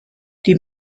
die